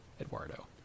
Eduardo